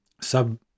sub